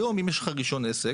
היום, אם יש לך רישיון עסק